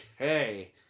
okay